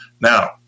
Now